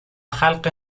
خلق